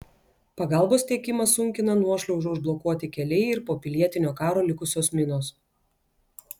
pagalbos tiekimą sunkina nuošliaužų užblokuoti keliai ir po pilietinio karo likusios minos